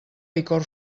licor